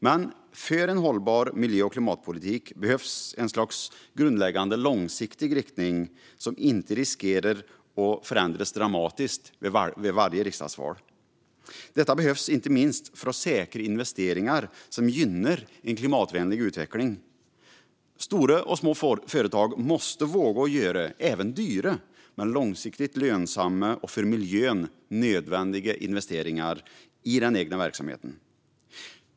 Men för en hållbar miljö och klimatpolitik behövs ett slags grundläggande långsiktig riktning som inte riskerar att förändras dramatiskt vid varje riksdagsval. Detta behövs inte minst för att säkra investeringar som gynnar en klimatvänlig utveckling. Stora och små företag måste våga göra även dyra men långsiktigt lönsamma och för miljön nödvändiga investeringar i den egna verksamheten.